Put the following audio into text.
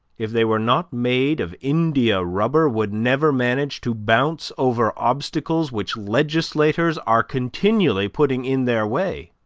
if they were not made of india-rubber, would never manage to bounce over obstacles which legislators are continually putting in their way